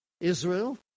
Israel